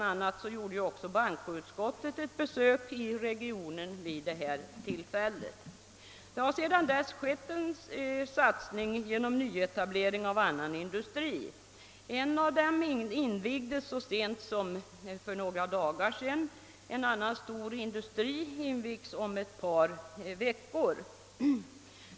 a. gjorde också bankoutskottet ett besök i regionen vid det tillfället. Det har sedan dess skett en satsning genom nyetablering av annan industri. En av dessa industrier invigdes så sent som för några dagar sedan. En annan stor industri invigs om ett par veckor.